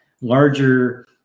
larger